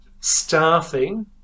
staffing